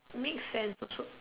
make sense also